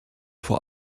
vor